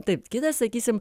taip kitas sakysim